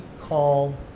call